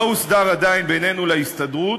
לא הוסדר עדיין בינינו להסתדרות.